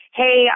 hey